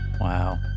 wow